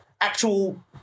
actual